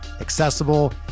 accessible